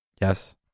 Yes